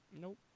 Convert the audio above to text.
Nope